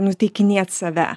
nuteikinėt save